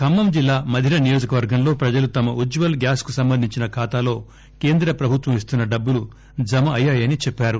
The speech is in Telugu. ఉజ్వల్ ఖమ్మం జిల్లా మధిర నియోజకవర్గంలో ప్రజలు తమ ఉజ్వల్ గ్యాస్ కు సంబంధించిన ఖాతాలో కేంద్ర ప్రభుత్వం ఇస్తున్న డబ్బులు జమ అయ్యాయని చెప్పారు